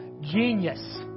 genius